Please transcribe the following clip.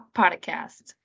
podcast